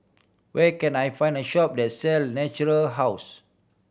where can I find a shop that sell Natura House